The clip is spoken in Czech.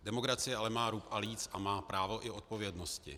Demokracie ale má rub a líc a má právo i odpovědnosti.